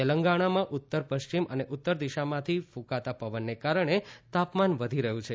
તેલગાણા ઉત્તર પશ્ચિમ અને ઉત્તર દિશામાંથી કૂકાંત પવનને કારણે તાપમાન વધી રહ્યું છે